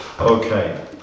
Okay